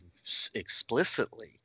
explicitly